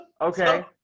Okay